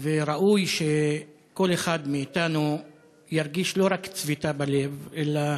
וראוי שכל אחד מאתנו ירגיש לא רק צביטה בלב אלא